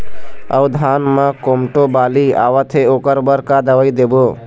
अऊ धान म कोमटो बाली आवत हे ओकर बर का दवई देबो?